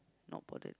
not bothered